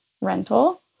rental